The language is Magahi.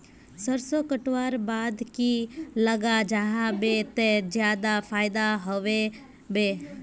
सरसों कटवार बाद की लगा जाहा बे ते ज्यादा फायदा होबे बे?